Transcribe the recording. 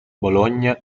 bologna